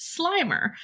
Slimer